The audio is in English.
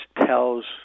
tells